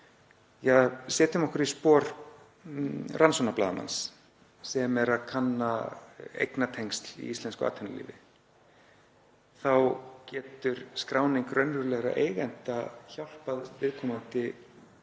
Setjum okkur í spor rannsóknarblaðamanns sem er að kanna eignatengsl í íslensku atvinnulífi. Þá getur skráning raunverulegra eigenda hjálpað viðkomandi